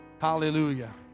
Hallelujah